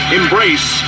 embrace